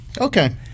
Okay